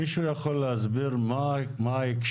מישהו יכול להסביר מה ההקשר?